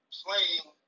playing